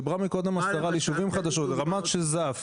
דיברה מקודם לשרה על ישובים חדשים, רמת שיזף,